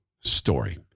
story